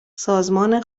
سازمان